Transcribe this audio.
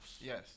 Yes